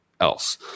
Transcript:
else